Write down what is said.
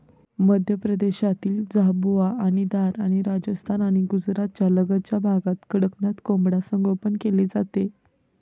मध्य प्रदेशातील झाबुआ आणि धार आणि राजस्थान आणि गुजरातच्या लगतच्या भागात कडकनाथ कोंबडा संगोपन केले जाते